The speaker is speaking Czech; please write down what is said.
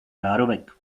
žárovek